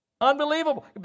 Unbelievable